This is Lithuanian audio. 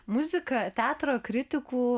muzika teatro kritikų